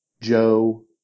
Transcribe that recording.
Joe